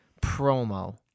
promo